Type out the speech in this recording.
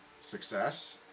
Success